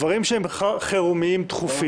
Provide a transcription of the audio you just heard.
דברים שהם בחירום ודחופים.